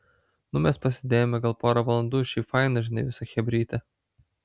nu mes pasėdėjome gal pora valandų šiaip faina žinai visa chebrytė